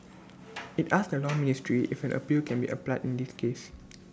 IT asked the law ministry if an appeal can be applied in this case